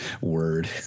Word